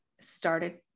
started